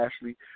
Ashley